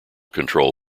control